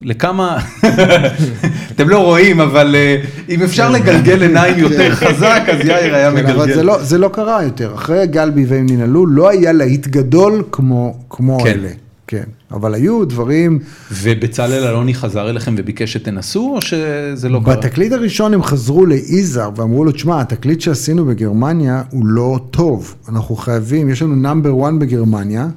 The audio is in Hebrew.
לכמה, אתם לא רואים, אבל אם אפשר לגלגל עיניים יותר חזק, אז יאיר היה מגלגל. זה לא קרה יותר, אחרי גלבי ואם ננהלו, לא היה להיט גדול כמו אלה. כן, אבל היו דברים. ובצלאל אלוני חזר אליכם וביקש שתנסו או שזה לא קרה? בתקליט הראשון הם חזרו ליזהר ואמרו לו, שמע, התקליט שעשינו בגרמניה הוא לא טוב, אנחנו חייבים, יש לנו נאמבר וואן בגרמניה